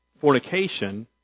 fornication